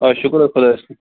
آ شُکر حظ خۄدایَس کُن